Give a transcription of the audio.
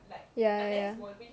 ya ya